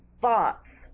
Thoughts